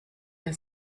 der